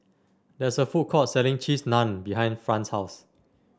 there is a food court selling Cheese Naan behind Fran's house